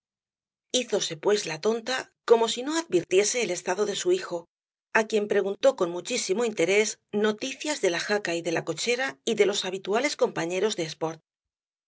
hízose pues la tonta como si no advirtiese el estado de su hijo á quien preguntó con muchísimo interés noticias de la jaca y de la cochera y de los habituales compañeros de sport